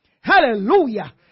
Hallelujah